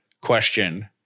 question